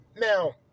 Now